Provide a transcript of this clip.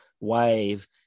wave